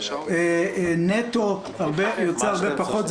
נטו יוצא הרבה פחות.